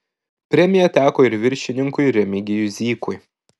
premija teko ir viršininkui remigijui zykui